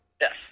Yes